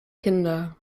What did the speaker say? kinder